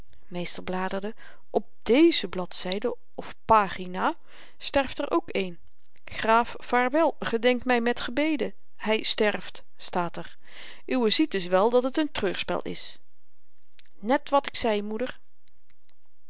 meester bladerde op deze bladzyde of pagina sterft er ook een graaf vaarwel gedenk my met gebeden hy sterft staat er uwe ziet dus wel dat het een treurspel is net wat ik zei moeder